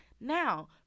Now